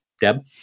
Deb